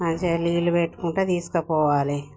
మంచిగా నీళ్ళు పెట్టుకుంటూ తీసుకుపోవాలి